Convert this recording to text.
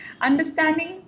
understanding